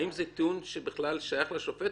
האם זה טיעון ששייך לשופט,